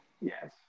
yes